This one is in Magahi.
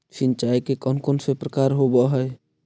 सिंचाई के कौन कौन से प्रकार होब्है?